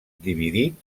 dividit